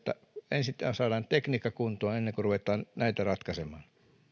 että saadaan tekniikka kuntoon ennen kuin ruvetaan näitä ratkaisemaan